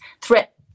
Threat